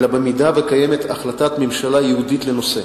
אלא במידה שקיימת החלטת ממשלה ייעודית לנושא.